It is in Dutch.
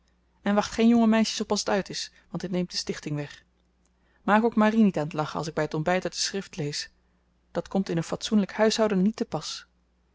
en wacht geen jonge meisjes op als t uit is want dit neemt de stichting weg maak ook marie niet aan t lachen als ik by t ontbyt uit de schrift lees dat komt in een fatsoenlyk huishouden niet te pas